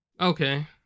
Okay